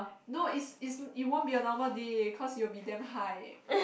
no is is it won't be a normal day cause it will be damn high